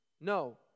No